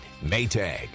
Maytag